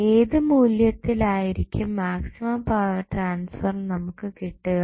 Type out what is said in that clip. ഏത് മൂല്യത്തിൽ ആയിരിക്കും മാക്സിമം പവർ ട്രാൻസ്ഫർ നമുക്ക് കിട്ടുക